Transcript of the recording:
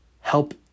help